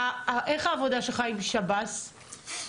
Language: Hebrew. אני רק, אם אפשר, משהו קצר.